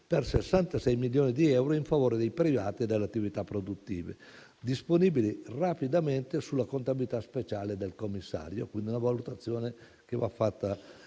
per 66 milioni di euro in favore dei privati e delle attività produttive, disponibili rapidamente sulla contabilità speciale del Commissario. Si tratta, quindi, di una valutazione che va fatta e in questo